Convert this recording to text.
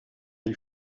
les